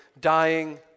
dying